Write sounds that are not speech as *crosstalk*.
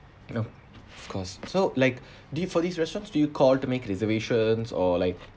you know of course so like *breath* did for these restaurants do you call to make reservations or like